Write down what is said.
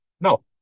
No